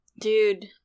dude